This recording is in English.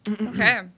Okay